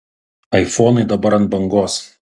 aifonai dabar ant bangos